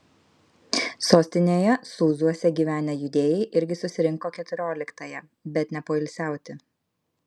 sostinėje sūzuose gyvenę judėjai irgi susirinko keturioliktąją bet ne poilsiauti